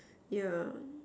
yeah